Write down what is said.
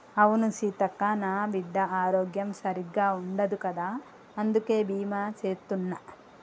అవును సీతక్క, నా బిడ్డ ఆరోగ్యం సరిగ్గా ఉండదు కదా అందుకే బీమా సేత్తున్న